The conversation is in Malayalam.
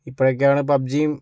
ഇപ്പോഴൊക്കെയാണ് പബ്ജീം